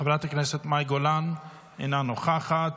חברת הכנסת מאי גולן, אינה נוכחת,